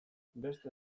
beste